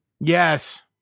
Yes